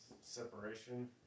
separation